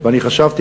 ואני חשבתי,